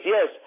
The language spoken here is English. Yes